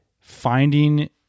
finding